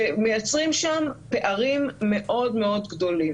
שמייצרים שם פערים מאוד מאוד גדולים.